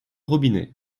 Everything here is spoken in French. robinet